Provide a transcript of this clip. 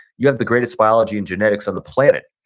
you have the greatest biology and genetics on the planet,